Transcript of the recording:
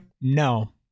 No